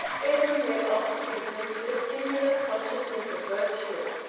edwin went off to business with a singular consciousness of virtue,